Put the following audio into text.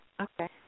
Okay